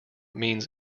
means